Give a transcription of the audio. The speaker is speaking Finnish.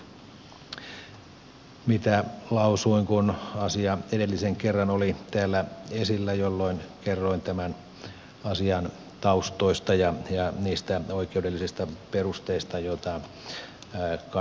viittaan siihen mitä lausuin kun asia edellisen kerran oli täällä esillä jolloin kerroin tämän asian taustoista ja niistä oikeudellisista perusteista joita kannanotollani on